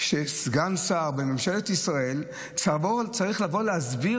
שסגן שר בממשלת ישראל צריך לבוא להסביר